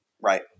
right